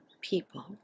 people